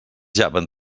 llaven